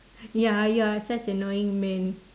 ya you're such an annoying man